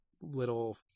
little